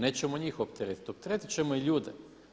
Nećemo njih opteretiti, opteretit ćemo i ljude.